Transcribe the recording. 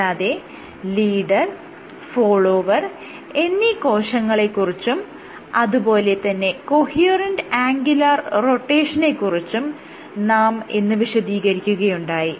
കൂടാതെ leader follower എന്നീ കോശങ്ങളെ കുറിച്ചും അത് പോലെ തന്നെ കൊഹ്യറൻറ് ആംഗുലാർ റൊട്ടേഷനെ കുറിച്ചും നാം ഇന്ന് വിശദീകരിക്കുകയുണ്ടായി